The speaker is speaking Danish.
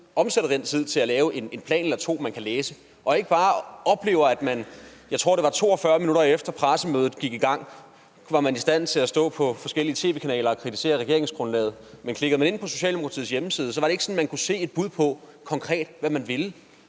omsætter den tid, til at lave en plan eller to, man kan læse, og ikke bare oplever, at Socialdemokratiet – jeg tror, det var, 42 minutter efter pressemødet gik i gang – var i stand til at stå på forskellige tv-kanaler og kritisere regeringsgrundlaget. Men klikkede man ind på Socialdemokratiets hjemmeside, kunne man ikke se et bud på, hvad